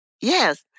Yes